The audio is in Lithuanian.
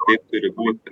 taip turi būti